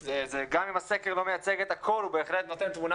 גם אם הסקר לא מייצג את הכול הוא בהחלט נותן תמונה